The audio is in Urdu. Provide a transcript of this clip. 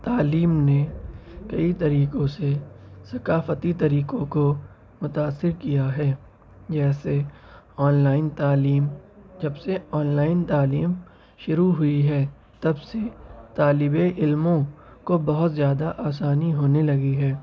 تعلیم نے کئی طریقوں سے ثقافتی طریقوں کو متأثر کیا ہے جیسے آن لائن تعلیم جب سے آن لائن تعلیم شروع ہوئی ہے تب سے طالب علموں کو بہت زیادہ آسانی ہونے لگی ہے